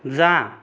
जा